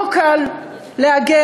לא קל להגן,